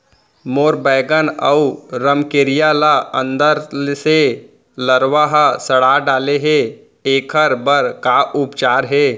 मोर बैगन अऊ रमकेरिया ल अंदर से लरवा ह सड़ा डाले हे, एखर बर का उपचार हे?